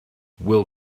will